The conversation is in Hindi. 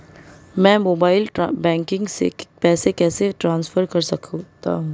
मैं मोबाइल बैंकिंग से पैसे कैसे ट्रांसफर कर सकता हूं?